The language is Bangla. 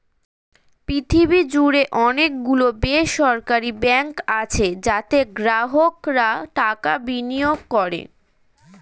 পৃথিবী জুড়ে অনেক গুলো বেসরকারি ব্যাঙ্ক আছে যাতে গ্রাহকরা টাকা বিনিয়োগ করে